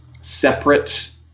separate